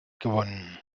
gewonnen